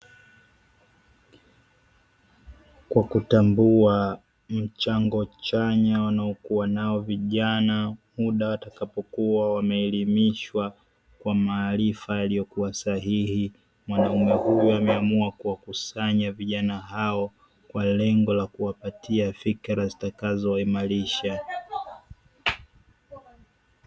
Kwa kutambua mchango chanya wanaokuwa nao vijana, muda watakapokuwa wameelimishwa kwa maarifa sahihi, wameamua kuwakusanya vijana hao kwa lengo la kuwapatia fikra zitakazoimarisha.